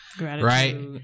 right